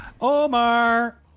Omar